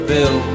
Bill